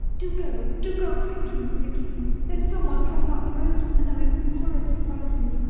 do go, do go quickly, mr. cleek. there's someone coming up the road and i am horribly frightened.